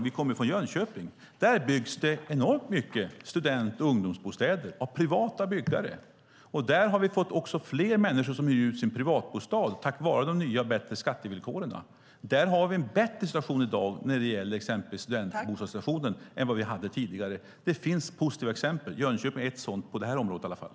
Vi kommer från Jönköping, och där byggs det enormt mycket student och ungdomsbostäder av privata byggare, och där har vi fått fler människor som hyr ut sin privatbostad tack vare de nya, bättre skattevillkoren. Där har vi en bättre situation i dag när det gäller exempelvis studentbostäder än vad vi hade tidigare. Det finns positiva exempel. Jönköping är ett sådant på detta område i alla fall.